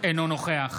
אינו נוכח